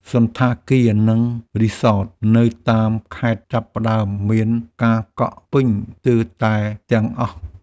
សណ្ឋាគារ និងរីសត នៅតាមខេត្តចាប់ផ្ដើមមានការកក់ពេញស្ទើរតែទាំងអស់។